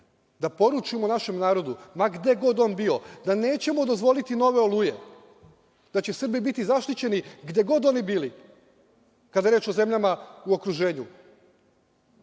da poručimo našem narodu, gde god on bio, da nećemo dozvoliti nove „Oluje“, da će Srbi biti zaštićeni gde god oni bili, kada je reč o zemljama u okruženju. Dakle,